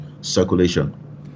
Circulation